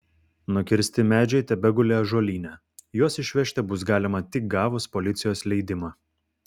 nukirsti medžiai tebeguli ąžuolyne juos išvežti bus galima tik gavus policijos leidimą